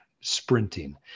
sprinting